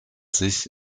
sich